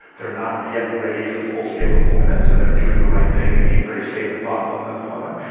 they're not yet ready for full-scale deployments, and they're doing the right thing and being very safe and thoughtful in that deployment.